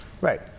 Right